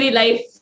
life